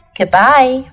Goodbye